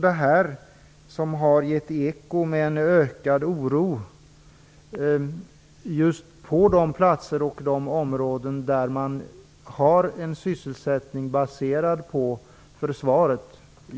Detta har givit eko med en ökad oro på de platser och områden där man har en sysselsättning baserad på försvaret.